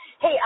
Hey